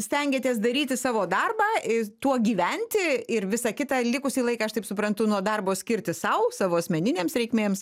stengiatės daryti savo darbą ir tuo gyventi ir visą kitą likusį laiką aš taip suprantu nuo darbo skirti sau savo asmeninėms reikmėms